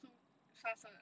so 杀生 ah